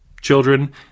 children